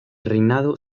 reinado